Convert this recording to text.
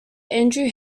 andrew